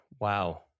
Wow